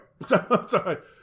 sorry